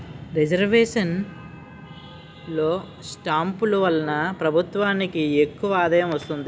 registration లో స్టాంపులు వలన ప్రభుత్వానికి ఎక్కువ ఆదాయం వస్తుంది